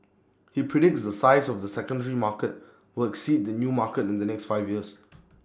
he predicts the size of the secondary market will exceed the new market in the next five years